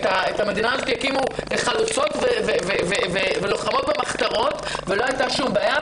את המדינה הזאת הקימו חלוצות ולוחמות במחתרות ולא הייתה שום בעיה,